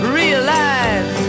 realize